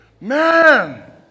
man